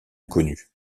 inconnue